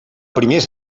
primers